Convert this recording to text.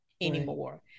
anymore